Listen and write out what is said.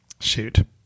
Shoot